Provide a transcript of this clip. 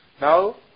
Now